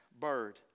bird